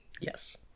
Yes